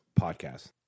podcast